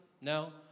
No